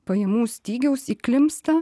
pajamų stygiaus įklimpsta